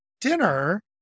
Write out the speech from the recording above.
dinner